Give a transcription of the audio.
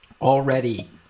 already